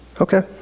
Okay